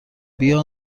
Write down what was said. بیا